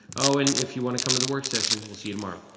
oh, and if you want to come to the work session, we'll see you tomorrow.